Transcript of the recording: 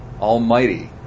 Almighty